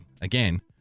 again